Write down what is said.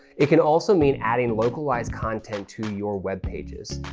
it can also mean adding localized content to your web pages.